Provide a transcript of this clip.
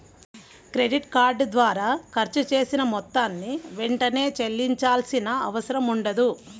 credit card ద్వారా ఖర్చు చేసిన మొత్తాన్ని వెంటనే చెల్లించాల్సిన అవసరం ఉండదు